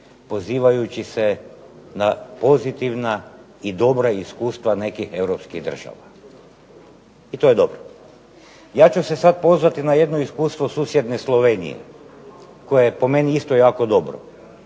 pozivajući se na pozitivna i dobra iskustva nekih Europskih država, i to je dobro. Ja ću se sada pozvati na jedno iskustvo susjedne Slovenije, koja je po meni isto jako dobro,